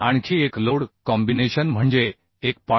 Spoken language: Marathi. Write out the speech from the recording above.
आणखी एक लोड कॉम्बिनेशन म्हणजे 1